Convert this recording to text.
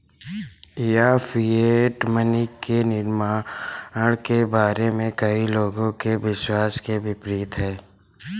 यह fiat money के निर्माण के बारे में कई लोगों के विश्वास के विपरीत है